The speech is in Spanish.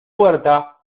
puerta